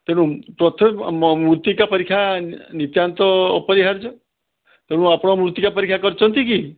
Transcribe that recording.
ତେଣୁ ପ୍ରଥ ମୃତ୍ତିକା ପରୀକ୍ଷା ନିତାନ୍ତ ଅପରିହାର୍ଯ୍ୟ ତେଣୁ ଆପଣ ମୃତ୍ତିକା ପରୀକ୍ଷା କରିଛନ୍ତି କି